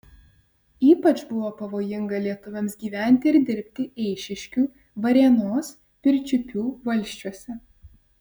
ypač buvo pavojinga lietuviams gyventi ir dirbti eišiškių varėnos pirčiupių valsčiuose